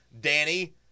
Danny